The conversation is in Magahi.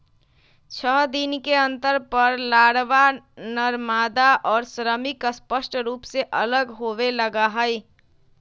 छः दिन के अंतर पर लारवा, नरमादा और श्रमिक स्पष्ट रूप से अलग होवे लगा हई